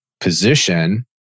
position